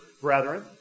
brethren